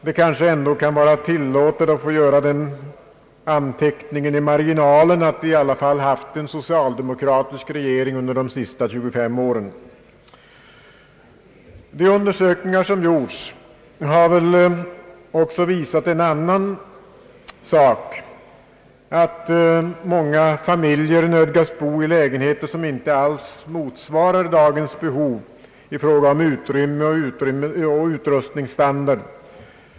Det kanske ändå kan vara tillåtet att göra den anteckningen i marginalen att vi haft en socialdemokratisk regering under de senaste 25 åren. De undersökningar som gjorts har också visat att många familjer nödgas bo i lägenheter som inte alls motsvarar dagens krav i fråga om utrymme och utrustningsstandard.